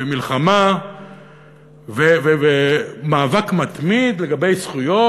ומלחמה ומאבק מתמיד לגבי זכויות,